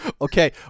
Okay